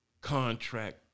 contract